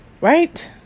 right